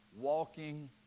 walking